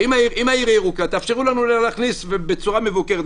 אם העיר ירוקה, תאפשרו לנו להכניס ובצורה מבוקרת.